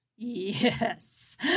yes